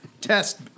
Test